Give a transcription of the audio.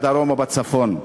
בדרום ובצפון.